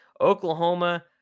Oklahoma